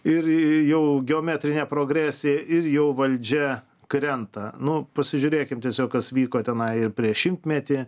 ir jau geometrine progresija ir jau valdžia krenta nu pasižiūrėkim tiesiog kas vyko tenai ir prieš šimtmetį